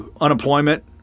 unemployment